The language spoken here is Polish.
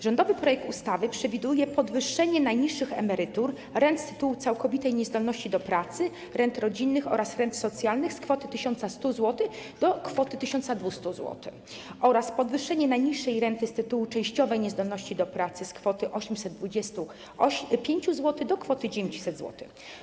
Rządowy projekt ustawy przewiduje podwyższenie najniższych emerytur, rent z tytułu całkowitej niezdolności do pracy, rent rodzinnych oraz rent socjalnych z kwoty 1100 zł do kwoty 1200 zł oraz podwyższenie najniższej renty z tytułu częściowej niezdolności do pracy z kwoty 825 zł do kwoty 900 zł.